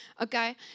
Okay